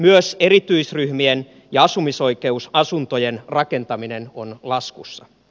myös erityisryhmien ja asumisoikeusasuntojen rakentaminen on laskussa